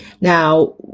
Now